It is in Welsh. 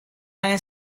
angen